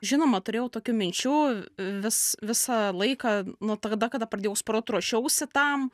žinoma turėjau tokių minčių vis visą laiką nuo tada kada pradėjau sportuot ruošiausi tam